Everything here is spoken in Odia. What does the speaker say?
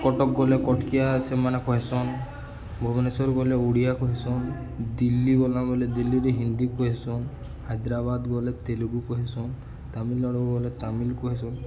କଟକ୍ ଗଲେ କଟକିଆ ସେମାନେ କହେସନ୍ ଭୁବନେଶ୍ୱର୍ ଗଲେ ଓଡ଼ିଆ କହେସନ୍ ଦିଲ୍ଲୀ ଗଲା ବଏଲେ ଦିଲ୍ଲୀରେ ହିନ୍ଦୀ କହେସନ୍ ହାଇଦ୍ରାବାଦ୍ ଗଲେ ତେଲୁଗୁ କହେସନ୍ ତାମିଲ୍ନାଡ଼ୁ ଗଲେ ତାମିଲ୍ କହେସନ୍